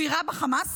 הוא יירה בחמאסי?